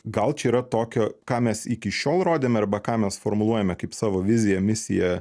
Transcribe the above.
gal čia yra tokio ką mes iki šiol rodėme arba ką mes formuluojame kaip savo viziją misiją